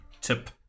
tip